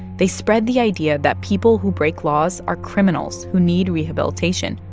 they spread the idea that people who break laws are criminals who need rehabilitation,